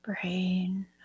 Brain